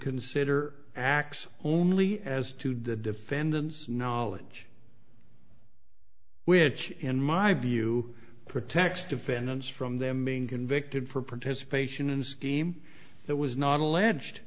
consider x only as to the defendant's knowledge which in my view protects defendants from them being convicted for participation in a scheme that was not alleged